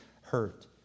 hurt